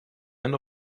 end